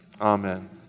Amen